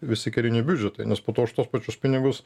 visi kariniai biudžetai nes po to už tuos pačius pinigus